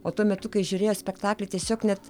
o tuo metu kai žiūrėjo spektaklį tiesiog net